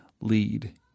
lead